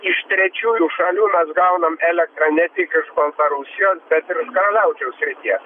iš trečiųjų šalių mes gaunam elektrą ne tik iš baltarusijos bet ir iš karaliaučiaus srities